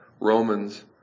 Romans